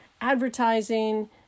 advertising